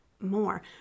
more